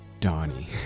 Donnie